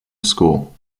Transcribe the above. school